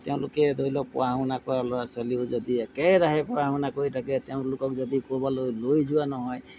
তেওঁলোকে ধৰি লওক পঢ়া শুনা কৰা ল'ৰা ছোৱালীও যদি একেৰাহে পঢ়া শুনা কৰি থাকে তেওঁলোকক যদি ক'ৰবালৈ লৈ যোৱা নহয়